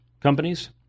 companies